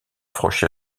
franchir